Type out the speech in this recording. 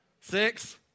six